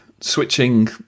switching